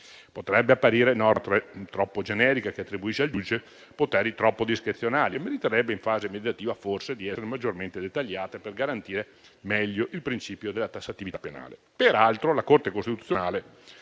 Potrebbe apparire una norma troppo generica, che attribuisce al giudice poteri troppo discrezionali e meriterebbe forse in fase meditativa di essere maggiormente dettagliata per garantire meglio il principio della tassatività penale.